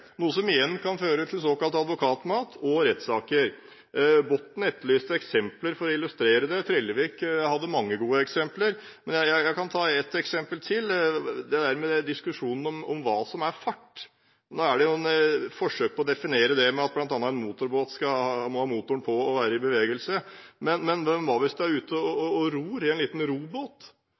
noe som igjen kan føre til såkalt advokatmat og rettssaker. Botten etterlyste eksempler for å illustrere det. Trellevik hadde mange gode eksempler, men jeg kan ta et eksempel til. Til diskusjonen om hva som er fart: Nå er det et forsøk på å definere fart med at en motorbåt må ha motoren på og være i bevegelse. Men hva hvis du er ute og ror i en liten robåt?